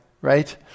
right